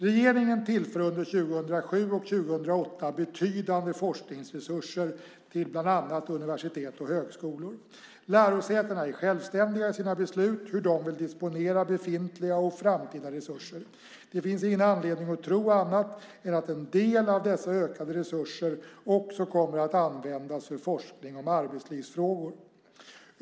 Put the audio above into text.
Regeringen tillför under 2007 och 2008 betydande forskningsresurser till bland annat universitet och högskolor. Lärosätena är självständiga i sina beslut om hur de vill disponera befintliga och framtida resurser. Det finns ingen anledning att tro annat än att en del av dessa ökade resurser också kommer att användas för forskning om arbetslivsfrågor.